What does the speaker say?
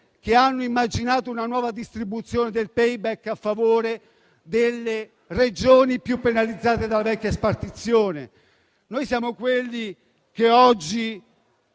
che hanno immaginato una nuova distribuzione del *payback* a favore delle Regioni più penalizzate dalla vecchia spartizione. Noi siamo quelli che oggi